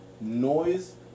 noise